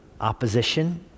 opposition